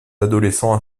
adolescents